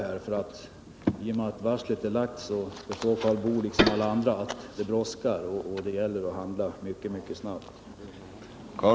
I och med att varslet är lagt förstår Karl Boo, liksom alla andra, att det brådskar.